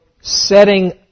setting